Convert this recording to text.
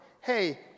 Hey